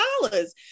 dollars